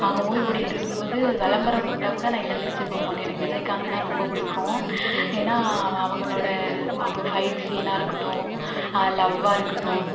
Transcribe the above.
அவங்க மூவி ஓடிக்கிட்ருக்கும் போது விளம்பரம் போட்டால் கூட நான் எழுந்துருச்சி போகமாட்டேன் எனக்கு விஜயகாந்துன்னா ரொம்ப பிடிக்கும் ஏன்னா அவ அவங்களோட அவங்க ஃபைட் சீனாக இருக்கட்டும் லவ்வாக இருக்கட்டும்